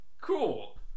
cool